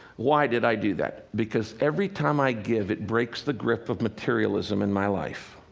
why did i do that? because every time i give, it breaks the grip of materialism in my life.